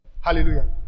Hallelujah